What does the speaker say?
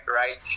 right